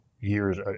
years